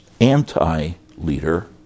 anti-leader